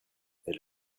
elle